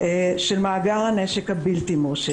של מאגר הנשק הבלתי-מורשה.